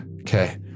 Okay